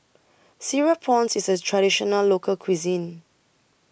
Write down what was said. Cereal Prawns IS A Traditional Local Cuisine